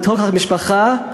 לתוך המשפחה,